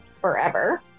forever